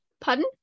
Pardon